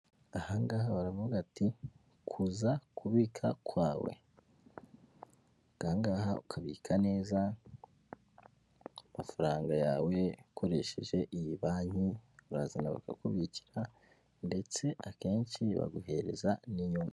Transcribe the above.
Aha ngaha baravuga ati kuza kubika kwawe, ubwo aha ngaha ukabika neza amafaranga yawe ukoresheje iyi banki urazana bakakubikira ndetse akenshi baguhereza n'inyungu.